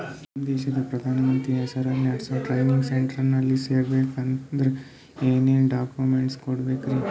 ನಮ್ಮ ದೇಶದ ಪ್ರಧಾನಿ ಹೆಸರಲ್ಲಿ ನೆಡಸೋ ಟ್ರೈನಿಂಗ್ ಸೆಂಟರ್ನಲ್ಲಿ ಸೇರ್ಬೇಕಂದ್ರ ಏನೇನ್ ಡಾಕ್ಯುಮೆಂಟ್ ಕೊಡಬೇಕ್ರಿ?